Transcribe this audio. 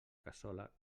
cassola